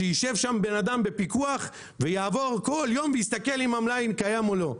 שיישב שם בן אדם בפיקוח ויעבור כל יום ויסתכל אם המלאי קיים או לא.